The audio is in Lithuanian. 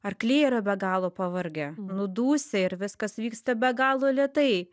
arkliai yra be galo pavargę nudusę ir viskas vyksta be galo lėtai